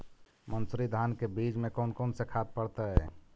मंसूरी धान के बीज में कौन कौन से खाद पड़तै?